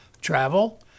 travel